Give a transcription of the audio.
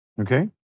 Okay